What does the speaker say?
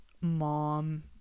mom